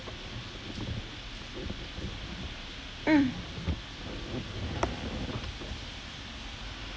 mm